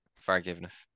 Forgiveness